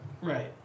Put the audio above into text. right